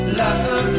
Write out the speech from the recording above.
love